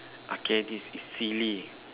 okay this is silly